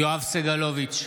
יואב סגלוביץ'